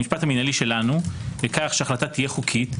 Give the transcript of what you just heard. במשפט המינהלי שלנו בכך שההחלטה תהיה חוקית,